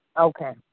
Okay